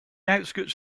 outskirts